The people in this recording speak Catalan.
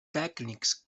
tècnics